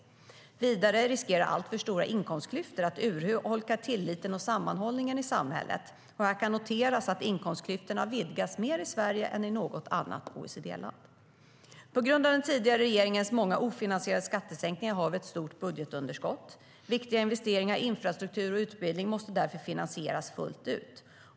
Vidare riskerar alltför stora inkomstklyftor att urholka tilliten och sammanhållningen i samhället. Här kan noteras att inkomstklyftorna har vidgats mer i Sverige än i något annat OECD-land.På grund av den tidigare regeringens många ofinansierade skattesänkningar har vi ett stort budgetunderskott. Viktiga investeringar i infrastruktur och utbildning måste därför finansieras fullt ut.